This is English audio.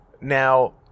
Now